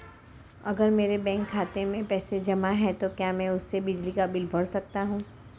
अगर मेरे बैंक खाते में पैसे जमा है तो क्या मैं उसे बिजली का बिल भर सकता हूं?